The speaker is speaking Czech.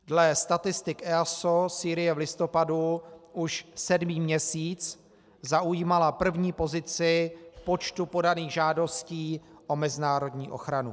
Dle statistik EASO Sýrie v listopadu už sedmý měsíc zaujímala první pozici v počtu podaných žádostí o mezinárodní ochranu.